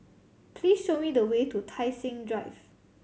please show me the way to Tai Seng Drive